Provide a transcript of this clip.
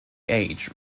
age